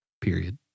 Period